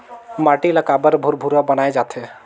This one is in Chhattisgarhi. माटी ला काबर भुरभुरा बनाय जाथे?